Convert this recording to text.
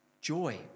joy